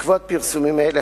בעקבות פרסומים אלה,